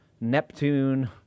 Neptune